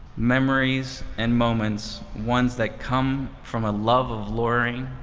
memories and moments, ones that come from a love of lawyering,